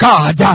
God